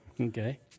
Okay